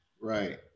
right